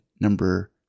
number